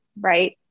Right